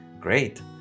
Great